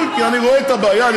אני לומד את הדברים תוך כדי תנועה.